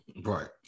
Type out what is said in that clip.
Right